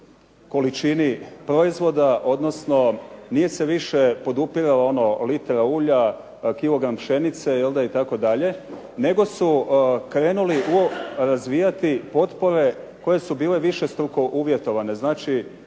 količini proizvoda, odnosno nije se više podupiralo ono litra ulja, kilogram pšenice itd. nego su krenuli razvijati potpore koje su bile višestruko uvjetovane. Znači,